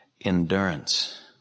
endurance